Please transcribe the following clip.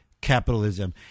capitalism